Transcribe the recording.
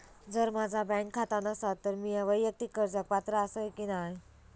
जर माझा बँक खाता नसात तर मीया वैयक्तिक कर्जाक पात्र आसय की नाय?